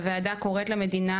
הוועדה קוראת למדינה: